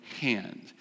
hand